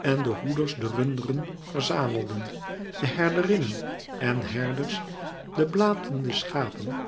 en de hoeders de runderen verzamelden de herderinnen en herders de blatende schapen